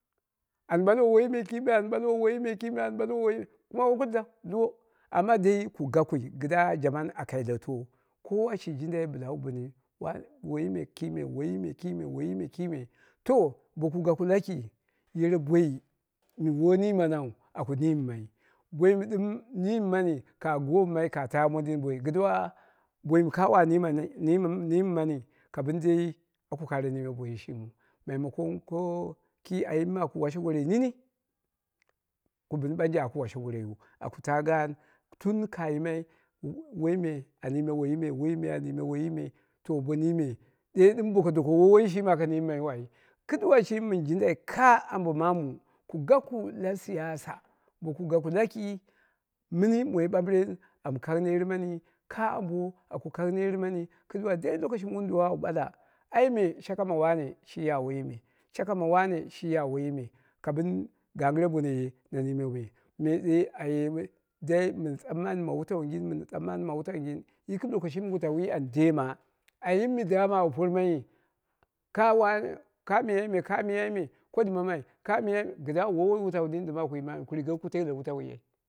An ɓalwo woiyi me kima an ɓalwo woiyi me kime, an ɓalwo woiyi kime kuma wo kulli dau liwo dai ku gakui kɨdda jaman a kaghileto kowa shi jin dai bɨla wu bɨni woiyi me kime, woi yi me kime to boku gaku laki yere boi bo woi niimanau aka niimai boi mɨ dɨm niimani ka gommai ka ta modin boi kɨduwa boim ka wa niiman niim niimani, ku bɨn dei waku kare niime boiyi shimin ko ki ayim mɨ aku washe gorei nini ku bɨn ɓanje waku washe goreiyu ta gaan tun ka yimai woiyime a niime woiyi me, me woiyi me a niime woiyi me ku bɨni me ɗe ɗɨm boko doko woi woiyi shimi aka niimaiyu ai. Kɨduwa shimi mɨn jindai ka ambo maamu ku gaku la siyasa boku gaku laki mɨni moi ɓambɨren am kang netmani, ka ambo aku kang nermani kɨduwa dai lokoshi mɨ wun dowa awu ɓala ai me shaka ma wane shi ya woiyi me, shaka ma wane shi ya woiyi me, ka bɨn gangɨre bono ye na niime me, me ɗe aye we dai mɨ tsamani ma wutaungin, mɨn tsamani ma wutaungin, ɗɨm wutauwi an dema ayimi mi dama au pormayi ka wane, ka miyai me, ka miyai me kodi mammai, ka miyai me ɗɨnga woi wutau nini aku yimaiyu ku rieku ku lelle wutauwi